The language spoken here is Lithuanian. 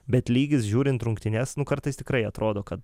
bet lygis žiūrint rungtynes nu kartais tikrai atrodo kad